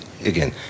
again